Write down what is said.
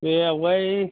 बे आगोल